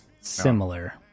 Similar